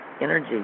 energy